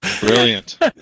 Brilliant